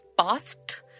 past